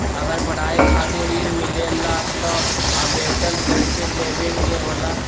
अगर पढ़ाई खातीर ऋण मिले ला त आवेदन कईसे देवे के होला?